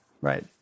Right